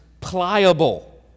pliable